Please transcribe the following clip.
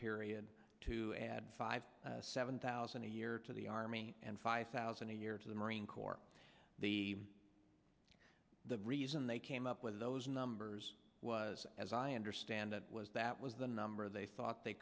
period to add five seven thousand a year to the army and five thousand a year to the marine corps the reason they came up with those numbers was as i understand it was that was the number they thought they